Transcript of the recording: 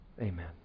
Amen